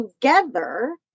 together